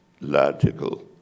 logical